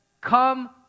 come